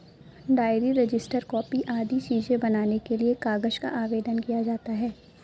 diary, register, copy आदि चीजें बनाने के लिए कागज का आवेदन किया जाता है